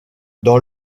dans